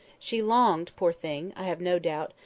she longed, poor thing, i have no doubt,